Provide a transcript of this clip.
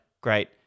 great